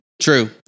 True